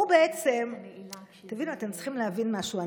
אתם צריכים להבין משהו,